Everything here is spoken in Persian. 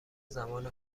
زمان